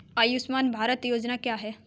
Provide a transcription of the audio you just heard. आयुष्मान भारत योजना क्या है?